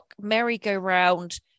merry-go-round